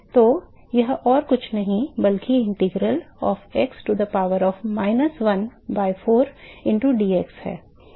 तो यह और कुछ नहीं बल्कि integral of x to the power of minus one by 4 into d x है